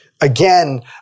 again